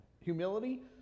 humility